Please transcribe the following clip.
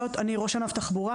אני ראש ענף תחבורה.